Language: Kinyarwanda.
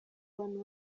abantu